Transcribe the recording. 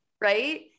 Right